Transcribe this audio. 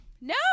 No